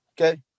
Okay